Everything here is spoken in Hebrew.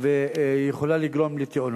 ויכולה לגרום לתאונות,